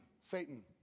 Satan